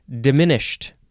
diminished